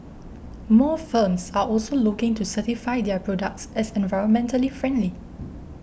more firms are also looking to certify their products as environmentally friendly